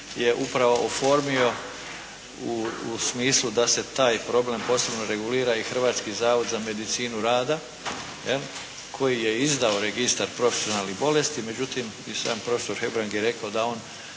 je upravo oformio u smislu da se taj problem posebno regulira i Hrvatski zavod za medicinu rada, jel' koji je izdao Registar profesionalnih bolesti. Međutim, i sam profesor Hebrang je rekao da on